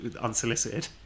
unsolicited